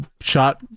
shot